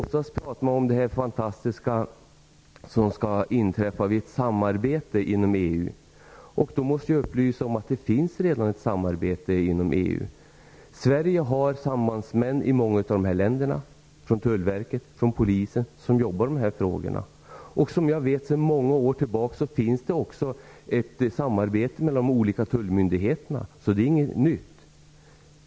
Man pratar ofta om det fantastiska som skall inträffa vid ett samarbete inom EU. Då måste jag upplysa om att det redan finns ett samarbete inom EU. Sverige har sambandsmän från Tullverket och från Polisen som jobbar med dessa frågor i många av länderna. Det finns sedan många år tillbaka ett samarbete mellan de olika tullmyndigheterna. Det är inget nytt.